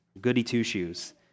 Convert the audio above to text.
goody-two-shoes